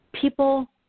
People